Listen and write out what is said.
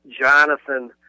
Jonathan